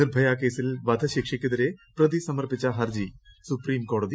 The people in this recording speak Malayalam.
നിർഭയ കേസിൽ വധശിക്ഷയ്ക്കെതിരെ പ്രതി സമർപ്പിച്ച ഹർജി സുപ്രീംകോടതി തള്ളി